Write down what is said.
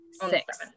Six